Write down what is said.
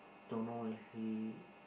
don't know eh he